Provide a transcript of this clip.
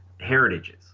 heritages